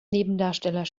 nebendarsteller